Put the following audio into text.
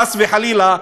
חס וחלילה,